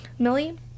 Millie